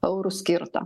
eurų skirta